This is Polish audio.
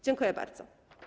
Dziękuję bardzo.